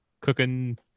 cooking